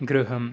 गृहम्